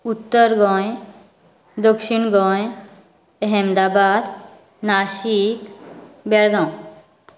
उत्तर गोंय दक्षिण गोंय अहमदाबाद नाशिक बेळगांव